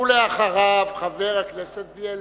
ואחריו, חבר הכנסת בילסקי.